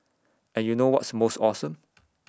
and you know what's most awesome